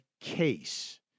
case